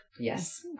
Yes